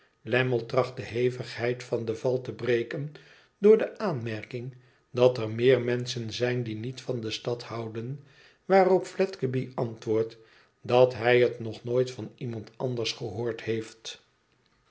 lammie tracht de hevigheid van den val te breken door de aanmerking dat er meer menschen zijn die niet van de stad houden waarop fledgeby antwoordt dat hij het nog nooit van iemand anders gehoord heeft